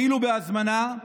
כאילו בהזמנה,